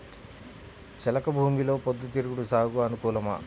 చెలక భూమిలో పొద్దు తిరుగుడు సాగుకు అనుకూలమా?